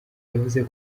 yavuze